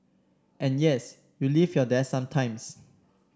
and yes you leave your desk sometimes